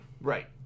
Right